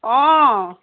অঁ